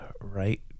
right